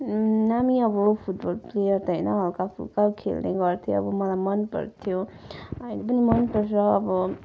नामी अब football player त होइन हल्काफुल्का खेल्ने गर्थेँ अब मलाई मनपर्थ्यो अहिले पनि मनपर्छ अब